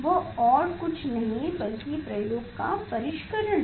वह और कुछ नहीं बल्कि प्रयोग का परिष्करण है